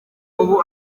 ubu